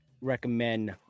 recommend